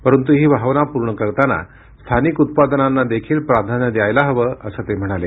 परंतु ही भावना पूर्ण करताना स्थानिक उत्पादनांदेखील प्राधान्य द्यायला हवं असं ते म्हणाले